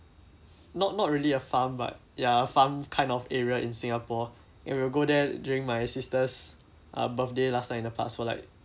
not not really a farm but ya a farm kind of area in singapore and we go there during my sister's uh birthday last night in the past for like